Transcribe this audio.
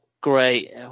great